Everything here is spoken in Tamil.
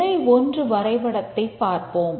நிலை 1 வரைபடத்தைப் பார்ப்போம்